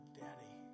daddy